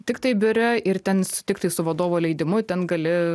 tiktai biure ir ten sutikti su vadovo leidimu ten gali